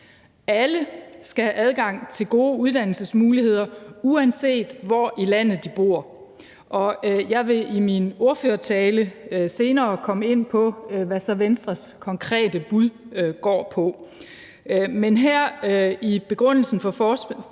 Alle skal have adgang til gode uddannelsesmuligheder, uanset hvor i landet de bor. Og jeg vil i min ordførertale senere komme ind på, hvad Venstres konkrete bud så går på. Men her i begrundelsen for forespørgslen